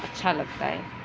اچھا لگتا ہے